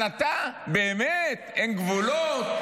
אבל אתה באמת -- הסיתו ----- אין גבולות.